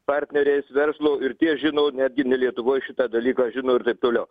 partneriais verslo ir tie žino netgi ne lietuvoj šitą dalyką žino ir taip toliau